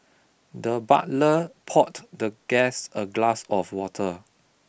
the butler pot the guest a glass of water